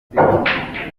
umukobwa